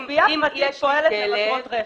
כלבייה פרטית פועלת למטרות רווח.